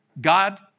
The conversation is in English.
God